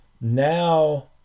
now